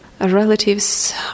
relatives